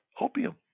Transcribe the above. opium